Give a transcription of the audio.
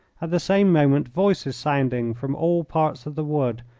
at the same moment voices sounded from all parts of the wood,